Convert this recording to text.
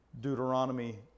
Deuteronomy